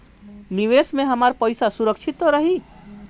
निवेश में हमार पईसा सुरक्षित त रही?